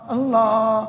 Allah